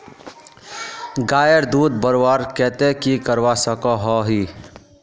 गायेर दूध बढ़वार केते की करवा सकोहो ही?